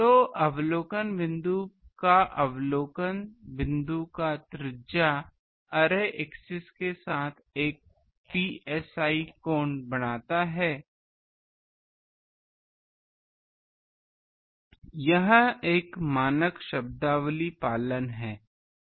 तो अवलोकन बिंदु का अवलोकन बिंदु का त्रिज्या वेक्टर अरे एक्सिस के साथ एक psi कोण बनाता है यह एक मानक शब्दावली पालन है